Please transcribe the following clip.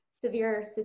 severe